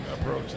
approach